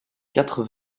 quatre